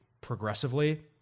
progressively